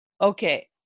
okay